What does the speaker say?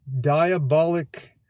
diabolic